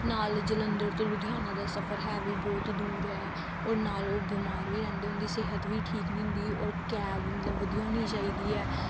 ਨਾਲ ਜਲੰਧਰ ਤੋਂ ਲੁਧਿਆਣਾ ਦਾ ਸਫਰ ਹੈ ਵੀ ਬਹੁਤ ਦੂਰ ਹੈ ਔਰ ਨਾਲ ਉਹ ਬਿਮਾਰ ਵੀ ਰਹਿੰਦੇ ਉਹਨਾਂ ਦੀ ਸਿਹਤ ਵੀ ਠੀਕ ਨਹੀਂ ਹੁੰਦੀ ਔਰ ਕੈਬ ਮਤਲਬ ਵਧੀਆ ਹੋਣੀ ਚਾਹੀਦੀ ਹੈ